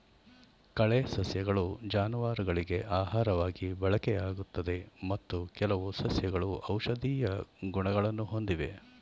ಕಳೆ ಸಸ್ಯಗಳು ಜಾನುವಾರುಗಳಿಗೆ ಆಹಾರವಾಗಿ ಬಳಕೆಯಾಗುತ್ತದೆ ಮತ್ತು ಕೆಲವು ಸಸ್ಯಗಳು ಔಷಧೀಯ ಗುಣಗಳನ್ನು ಹೊಂದಿವೆ